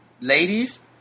ladies